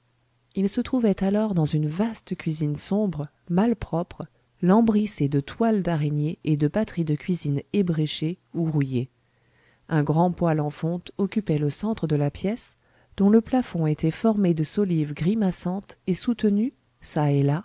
ils se trouvaient alors dans une vaste cuisine sombre malpropre lambrissée de toiles d'araignée et de batterie de cuisine ébréchée ou rouillée un grand poêle en fonte occupait le centre de la pièce dont le plafond était formé de solives grimaçantes et soutenues